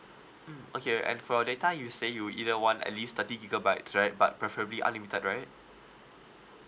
mm okay and for data you say you either want at least thirty gigabytes right but preferably unlimited right